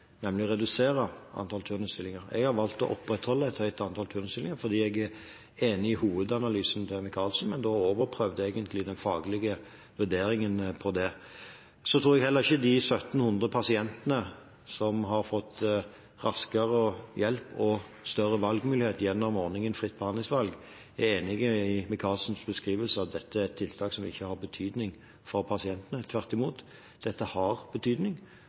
nemlig å redusere antallet turnusstillinger. Jeg har valgt å opprettholde et høyt antall turnusstillinger fordi jeg er enig i hovedanalysen til Micaelsen, men da overprøvde jeg egentlig den faglige vurderingen. Så tror jeg heller ikke at de 1 700 pasientene som har fått raskere hjelp og større valgmulighet gjennom ordningen Fritt behandlingsvalg, er enig i Micaelsens beskrivelse av at dette er et tiltak som ikke har betydning for pasientene. Tvert imot, dette har betydning,